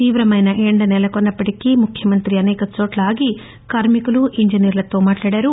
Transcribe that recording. తీవ్రమైన ఎండ నెలకొన్న ప్పటికీ ముఖ్యమంత్రి అనేక చోట్ల ఆగి కార్కికులు ఇంజినీర్లతో మాట్లాడారు